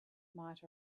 might